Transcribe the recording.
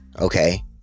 Okay